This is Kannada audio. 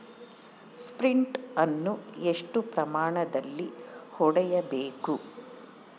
ಸ್ಪ್ರಿಂಟ್ ಅನ್ನು ಎಷ್ಟು ಪ್ರಮಾಣದಲ್ಲಿ ಹೊಡೆಯಬೇಕು?